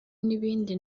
n’ibindi